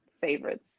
favorites